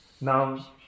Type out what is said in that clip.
Now